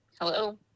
Hello